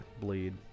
bleed